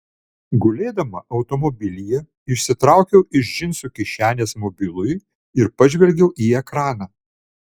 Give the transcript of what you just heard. gulėdama automobilyje išsitraukiau iš džinsų kišenės mobilųjį ir pažvelgiau į ekraną